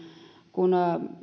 kun